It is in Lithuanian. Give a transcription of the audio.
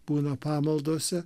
būna pamaldose